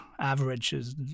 averages